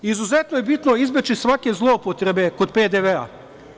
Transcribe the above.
Izuzetno je bitno izbeći svake zloupotrebe kod PDV-a.